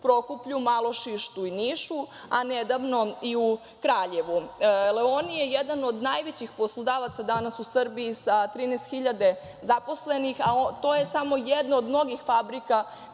u Prokuplju, Malošištu i Nišu, a nedavno i u Kraljevu. „Leoni“ je jedan od najvećih poslodavaca danas u Srbiji sa 13.000 zaposlenih, a to je samo jedna od mnogih fabrika